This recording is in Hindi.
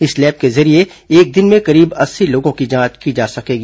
इस लैब के जरिये एक दिन में करीब अस्सी लोगों की जांच की सकेगी